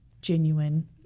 genuine